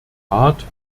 art